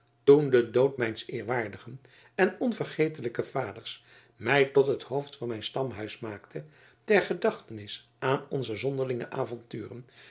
toen de dood mijns eerwaardigen en onvergetelijken vaders mij tot het hoofd van mijn stamhuis maakte ter gedachtenisse aan onze zonderlinge avonturen